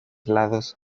lados